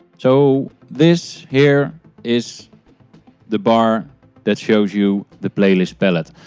so this here is the bar that shows you the playllist pallette.